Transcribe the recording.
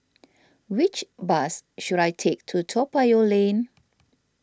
which bus should I take to Toa Payoh Lane